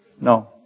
No